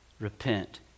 repent